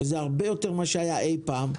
שזה הרבה יותר ממה שהיה אי פעם.